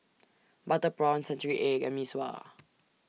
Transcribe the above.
Butter Prawn Century Egg and Mee Sua